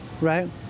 right